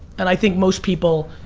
and i think most people